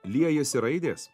liejasi raidės